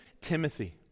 Timothy